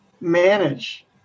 manage